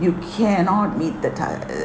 you cannot meet the target